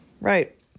Right